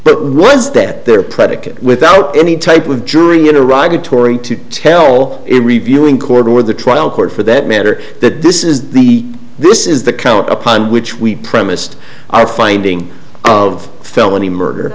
but was that their predicate without any type of jury in a ragged tory to tell it reviewing court or the trial court for that matter that this is the this is the count upon which we premised our finding of felony murder